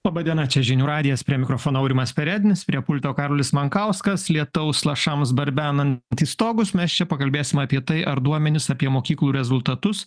laba diena čia žinių radijas prie mikrofono aurimas perednis prie pulto karolis mankauskas lietaus lašams barbenant į stogus mes čia pakalbėsim apie tai ar duomenys apie mokyklų rezultatus